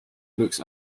looks